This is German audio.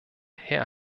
her